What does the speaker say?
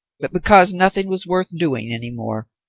but because nothing was worth doing any more,